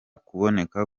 kuboneka